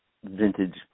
Vintage